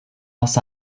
los